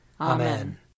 Amen